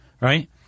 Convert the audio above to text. right